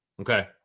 okay